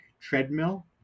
treadmill